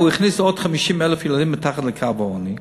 הוא הכניס עוד 50,000 ילדים מתחת לקו העוני.